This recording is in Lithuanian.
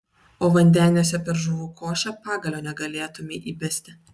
o vandeniuose per žuvų košę pagalio negalėtumei įbesti